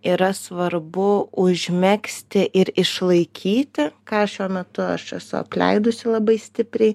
yra svarbu užmegzti ir išlaikyti ką šiuo metu aš esu apleidusi labai stipriai